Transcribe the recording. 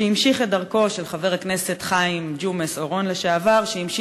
את דרכו של חבר הכנסת לשעבר חיים ג'ומס אורון,